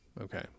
okay